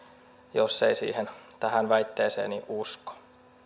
jos ei tähän väitteeseeni usko